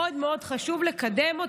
מאוד חשוב לקדם אותו.